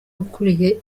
ukuriye